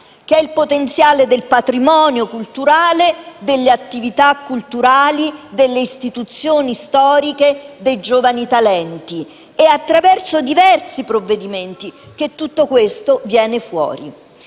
ha, ovvero il patrimonio culturale, le attività culturali, le istituzioni storiche e i giovani talenti. È attraverso diversi provvedimenti che tutto questo viene fuori